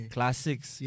Classics